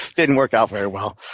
didn't work out very well.